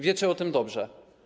Wiecie o tym dobrze.